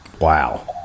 wow